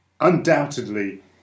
Undoubtedly